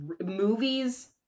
Movies